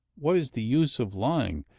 what is the use of lying'.